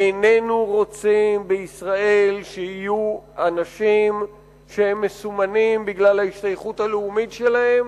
איננו רוצים שבישראל יהיו אנשים שמסומנים בגלל ההשתייכות הלאומית שלהם,